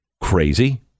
crazy